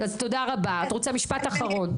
את רוצה משפט אחרון?